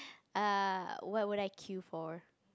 err what would I queue for